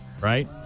right